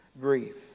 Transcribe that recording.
grief